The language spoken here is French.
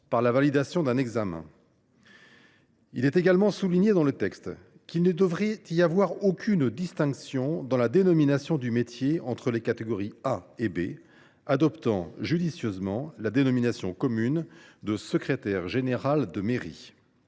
par la validation d’un examen. Il est également souligné dans le texte qu’il ne devrait y avoir aucune distinction dans la dénomination du métier entre les catégories A et B, la dénomination commune de « secrétaire général de mairie